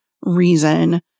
reason